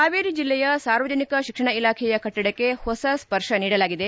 ಹಾವೇರಿ ಜಿಲ್ಲೆಯ ಸಾರ್ವಜನಿಕ ಶಿಕ್ಷಣ ಇಲಾಖೆಯ ಕಟ್ಟಡಕ್ಕೆ ಹೊಸ ಸ್ಪರ್ಶ ನೀಡಲಾಗಿದೆ